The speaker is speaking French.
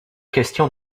question